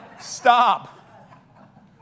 Stop